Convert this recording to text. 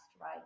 right